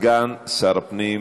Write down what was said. סגן שר הפנים